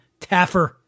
Taffer